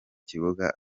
kibuga